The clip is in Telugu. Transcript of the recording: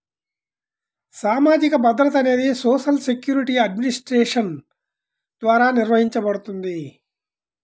సామాజిక భద్రత అనేది సోషల్ సెక్యూరిటీ అడ్మినిస్ట్రేషన్ ద్వారా నిర్వహించబడుతుంది